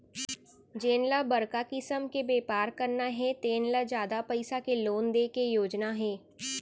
जेन ल बड़का किसम के बेपार करना हे तेन ल जादा पइसा के लोन दे के योजना हे